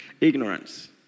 ignorance